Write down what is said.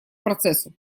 процессу